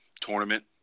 Tournament